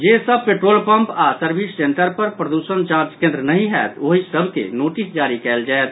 जे सभ petrol pump आओर सर्विस सेंटर पर प्रदूषण जांच केन्द्र नहि होयत ओहि सभ के नोटिस जारी कयल जायत